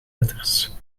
letters